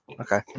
okay